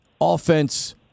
offense